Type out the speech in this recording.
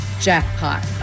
jackpot